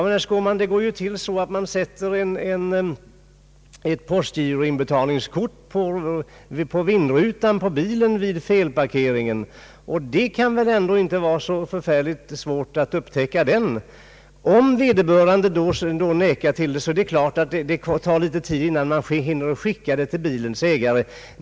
Men, herr Skårman, det går ju till så att man placerar ett postgiroinbetalningskort på bilens vindruta vid felparkering. Det kan väl inte vara så förfärligt svårt att upptäcka det. Om vederbörande skulle förneka felparkeringen är det klart att det går litet tid innan inbetalningskortet sänds till bilens ägare.